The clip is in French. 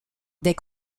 des